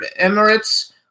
Emirates